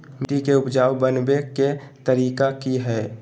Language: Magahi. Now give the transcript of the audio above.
मिट्टी के उपजाऊ बनबे के तरिका की हेय?